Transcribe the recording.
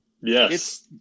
Yes